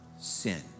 sin